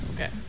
Okay